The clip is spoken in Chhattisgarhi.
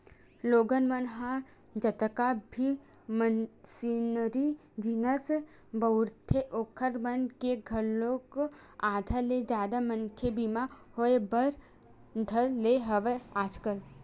लोगन मन ह जतका भी मसीनरी जिनिस बउरथे ओखर मन के घलोक आधा ले जादा मनके बीमा होय बर धर ने हवय आजकल